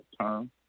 term